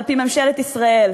על-פי ממשלת ישראל,